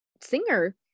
singer